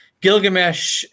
Gilgamesh